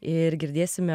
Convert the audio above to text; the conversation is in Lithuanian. ir girdėsime